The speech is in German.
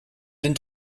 den